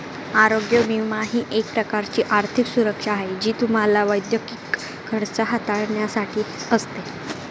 आरोग्य विमा ही एक प्रकारची आर्थिक सुरक्षा आहे जी तुम्हाला वैद्यकीय खर्च हाताळण्यासाठी असते